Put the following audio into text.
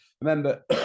remember